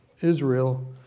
Israel